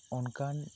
ᱚᱱᱠᱟᱱ